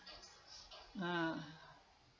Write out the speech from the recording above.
ah